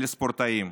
לספורטאים.